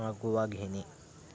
मागोवा घेणे